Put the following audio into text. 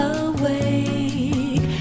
awake